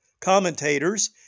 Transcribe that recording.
Commentators